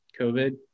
covid